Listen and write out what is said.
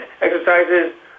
exercises